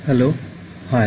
hello hi